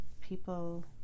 people